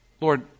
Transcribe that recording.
Lord